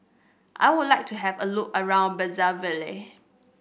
I would like to have a look around Brazzaville